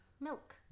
Milk